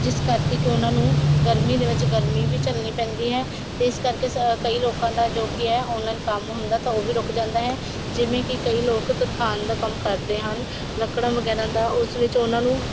ਜਿਸ ਕਰਕੇ ਕਿ ਉਹਨਾਂ ਨੂੰ ਗਰਮੀ ਦੇ ਵਿੱਚ ਗਰਮੀ ਵੀ ਝੱਲਣੀ ਪੈਂਦੀ ਹੈ ਅਤੇ ਇਸ ਕਰਕੇ ਸ ਕਈ ਲੋਕਾਂ ਦਾ ਜੋ ਕਿ ਹੈ ਆਨਲਾਈਨ ਕੰਮ ਹੁੰਦਾ ਤਾਂ ਉਹ ਵੀ ਰੁਕ ਜਾਂਦਾ ਹੈ ਜਿਵੇਂ ਕਿ ਕਈ ਲੋਕ ਤਨਖਾਨ ਦਾ ਕੰਮ ਕਰਦੇ ਹਨ ਲੱਕੜਾਂ ਵਗੈਰਾ ਦਾ ਉਸ ਵਿੱਚ ਉਹਨਾਂ ਨੂੰ